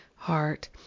heart